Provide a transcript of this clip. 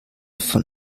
von